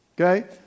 Okay